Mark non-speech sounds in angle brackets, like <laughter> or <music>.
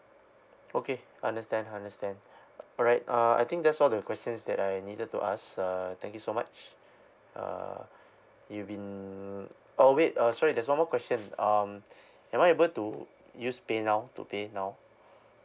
okay understand understand all right uh I think that's all the questions that I needed to ask uh thank you so much err you've been oh wait uh sorry that's one more question um <breath> am I able to use paynow to pay now